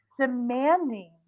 demanding